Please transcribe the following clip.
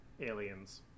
aliens